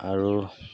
আৰু